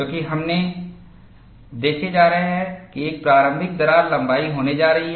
क्योंकि हम देखने जा रहे हैं एक प्रारंभिक दरार लंबाई होने जा रही है